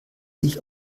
sich